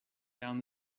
down